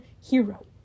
hero